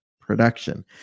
production